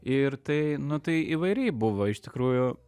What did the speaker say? ir tai nu tai įvairiai buvo iš tikrųjų